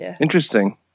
Interesting